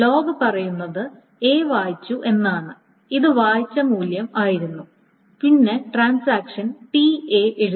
log പറയുന്നത് A വായിച്ചു എന്നാണ് ഇത് വായിച്ച മൂല്യം ആയിരുന്നു പിന്നെ ട്രാൻസാക്ഷൻ ടി A എഴുതി